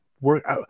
Work